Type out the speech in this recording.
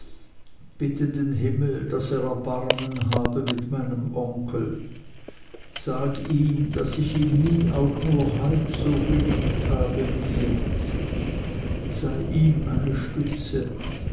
bitte den himmel daß er erbarmen habe mit meinem onkel sag ihm daß ich ihn nie auch nur halb so geliebt habe wie jetzt sei ihm eine stütze